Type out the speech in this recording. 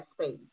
space